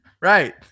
right